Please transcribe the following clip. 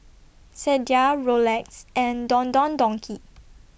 Sadia Rolex and Don Don Donki